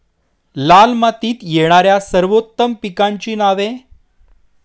लाल मातीत येणाऱ्या सर्वोत्तम पिकांची नावे?